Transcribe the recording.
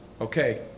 Okay